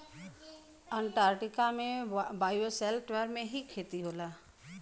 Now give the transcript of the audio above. Antarctica में bioshelter में ही खेती होला